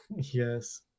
Yes